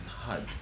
hard